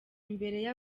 imbere